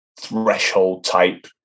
threshold-type